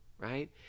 right